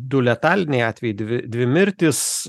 du letaliniai atvejai dvi dvi mirtys